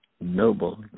noble